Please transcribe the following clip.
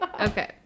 Okay